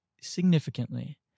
significantly